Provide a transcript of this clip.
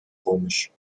помощь